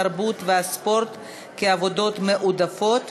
התרבות והספורט כעבודות מועדפות),